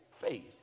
faith